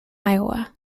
iowa